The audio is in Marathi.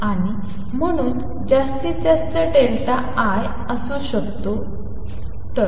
आणि म्हणून जास्तीत जास्त डेल्टा l असू शकतो 1